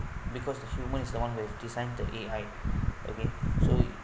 because human is the one that have design the A_I okay so